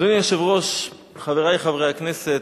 אדוני היושב-ראש, חברי חברי הכנסת,